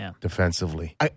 defensively